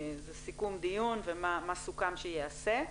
סיכום דיון ומה סוכם שייעשה.